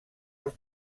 als